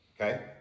okay